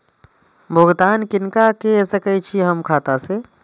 भुगतान किनका के सकै छी हम खाता से?